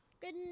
good